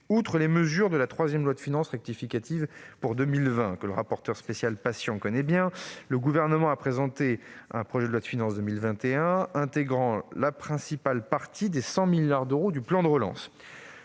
Outre les mesures de la troisième loi de finances rectificative pour 2020, que M. le rapporteur spécial Georges Patient connaît bien, le Gouvernement a présenté un PLF pour 2021 intégrant la principale partie des 100 milliards d'euros du plan de relance.